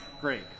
great